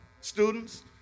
students